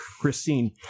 christine